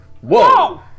Whoa